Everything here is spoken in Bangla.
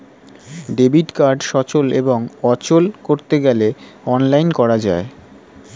ডেবিট কার্ড সচল এবং অচল করতে গেলে অনলাইন করা যায়